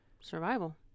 Survival